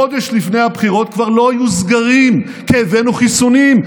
חודש לפני הבחירות כבר לא היו סגרים כי הבאנו חיסונים,